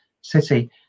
City